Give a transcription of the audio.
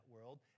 world